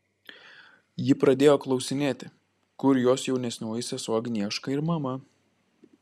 ji pradėjo klausinėti kur jos jaunesnioji sesuo agnieška ir mama